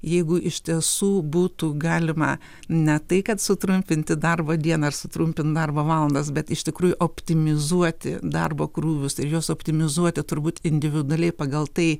jeigu iš tiesų būtų galima ne tai kad sutrumpinti darbo dieną ar sutrumpint darbo valandas bet iš tikrųjų optimizuoti darbo krūvius ir juos optimizuoti turbūt individualiai pagal tai